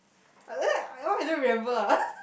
why I don't remember ah